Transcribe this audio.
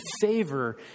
favor